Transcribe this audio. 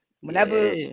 whenever